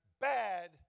bad